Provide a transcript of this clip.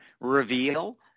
reveal